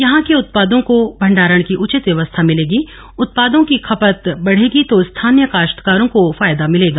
यहां के उत्पादों को भेडारण की उचित व्यवस्था मिलेगी उत्पादों की खपत बढ़ेगी तो स्थानीय काश्तकारों को फायदा मिलेगा